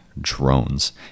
drones